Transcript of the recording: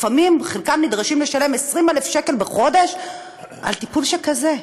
לפעמים חלקם נדרשים לשלם 20,000 שקל בחודש על טיפול שכזה.